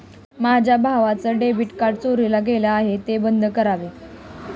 माझ्या भावाचं debit card चोरीला गेलं आहे, ते बंद करावे